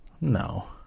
No